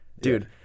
dude